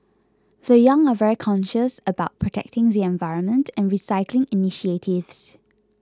the young are very conscious about protecting the environment and recycling initiatives